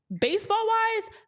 baseball-wise